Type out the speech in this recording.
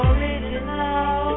Original